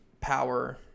power